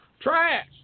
Trash